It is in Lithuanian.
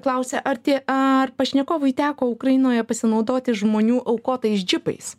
klausia ar tie ar pašnekovui teko ukrainoje pasinaudoti žmonių aukotais džipais